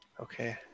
Okay